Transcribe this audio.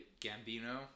Gambino